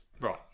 Right